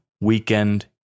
weekend